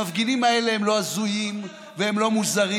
למה, המפגינים האלה הם לא הזויים והם לא מוזרים,